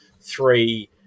three